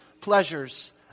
pleasures